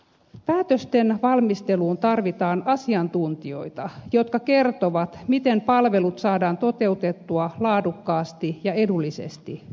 päätösten valmisteluun tarvitaan asiantuntijoita jotka kertovat miten palvelut saadaan toteutettua laadukkaasti ja edullisesti